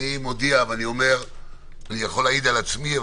אני יכול להעיד על עצמי,